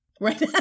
Right